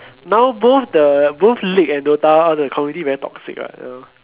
no both the both league and dota all the community very toxic what you know